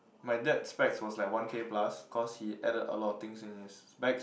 my dad's specs was like one K plus cause he added a lot of things in his specs